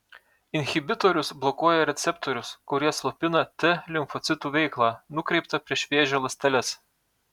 inhibitorius blokuoja receptorius kurie slopina t limfocitų veiklą nukreiptą prieš vėžio ląsteles